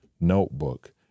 notebook